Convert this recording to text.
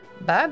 Bye